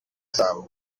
zabo